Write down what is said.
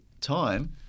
time